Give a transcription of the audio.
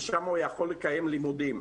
ששם הוא יכול לקיים לימודים.